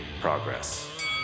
Progress